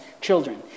children